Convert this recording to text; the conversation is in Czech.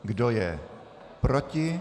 Kdo je proti?